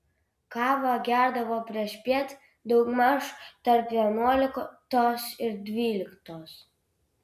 kavą gerdavo priešpiet daugmaž tarp vienuoliktos ir dvyliktos